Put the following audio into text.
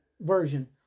version